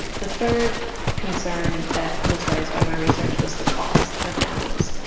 the third concern that was raised by my research was the cost for families.